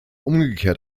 umgekehrt